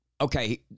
Okay